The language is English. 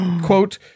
quote